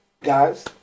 guys